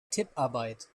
tipparbeit